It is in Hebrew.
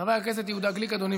חבר הכנסת יהודה גליק, אדוני,